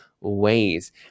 ways